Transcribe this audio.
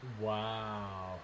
Wow